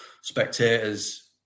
spectators